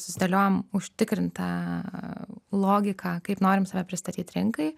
susidėliojom užtikrintą logiką kaip norim save pristatyt rinkai